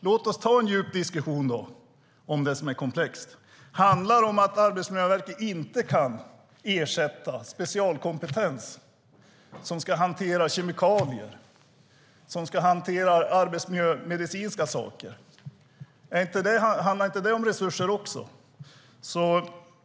Låt oss ta då en djup diskussion om det som är komplext! Handlar det om att Arbetsmiljöverket inte kan ersätta specialkompetens som ska hantera kemikalier och arbetsmiljömedicinska saker? Handlar inte det också om resurser?